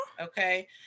Okay